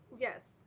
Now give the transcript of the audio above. yes